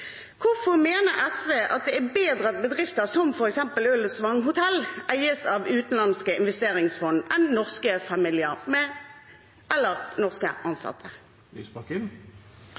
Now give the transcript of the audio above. Hvorfor mener SV at det er bedre at bedrifter som f.eks. Hotel Ullensvang eies av utenlandske investeringsfond enn av norske familier med norske ansatte?